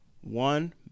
one